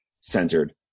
centered